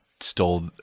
stole